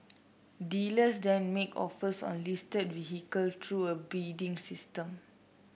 dealers then make offers on listed vehicle through a bidding system